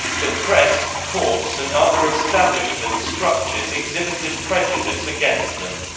the press, courts and other establishment structures exhibited prejudice against them.